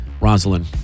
Rosalind